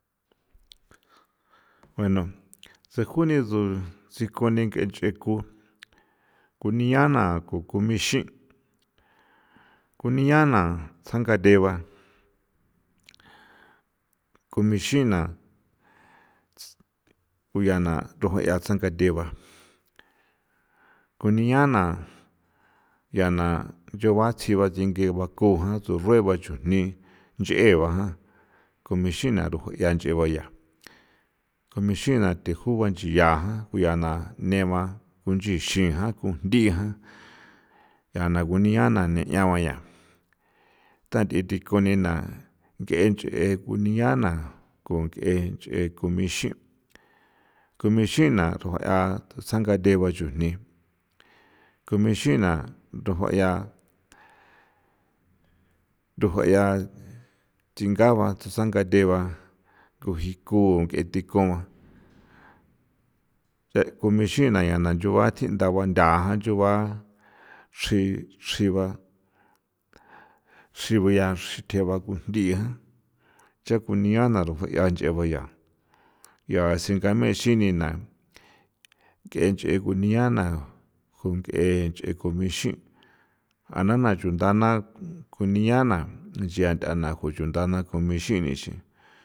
Bueno, tjse juni tjsu tsikunni ke nche ku kunia na ku k ixin, kunia na tjsangate ba k ixin na kuyana rufayia tjsangate ba kunia na ncha na yua tsji ba thi ngiva ko jan tsurueba chujni ncheꞌeba k ixin naa ru juꞌyia ncheba ncha k ixin na the ju banchia ku ya na neba kunyixin jann kujndijan yiana kunía na neꞌñaguaña, tanthi tikon ni na nkꞌen nche kunia na ko kjee nche k ixin, k ixin na rufayia tsjanga teba chujni, k ixin na rufayia rufayia thinga ba tsjanga teba ku jii ku nkꞌentinconguan, k ixin na ñana nchuva tjindaba nchuva xi xiba xiguiyia xitjeba kunjdijan ncha kunia na rufayia nchebayia ya xingamexin nina kꞌenchꞌe kuníana junkꞌe nche k ixin jaanana chunda na naa kunia na ncha tha'a na ku chunda naa k ixin ninxi.